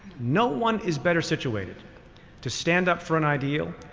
no one is better situated to stand up for an ideal,